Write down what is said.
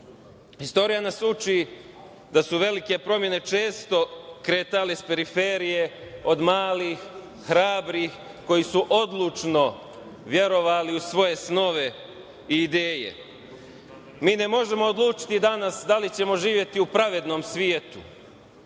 nas uči da su velike promene često kretale s periferije od malih, hrabrih, koji su odlučno verovali u svoje snove i ideje. Mi ne možemo odlučiti danas da li ćemo živeti u pravednom svetu,